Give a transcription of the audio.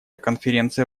конференция